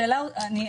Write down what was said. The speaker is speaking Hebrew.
זו שאלה אוצרית,